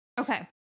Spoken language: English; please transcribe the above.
Okay